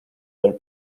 del